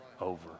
over